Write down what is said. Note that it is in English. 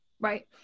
Right